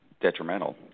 detrimental